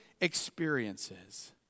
experiences